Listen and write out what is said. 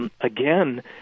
Again